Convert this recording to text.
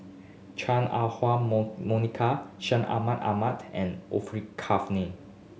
Chuan Ah Huwa Monica Ahmen Ahmed and Orfeur Cavene